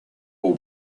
will